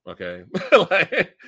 okay